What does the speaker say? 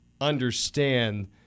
understand